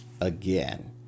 again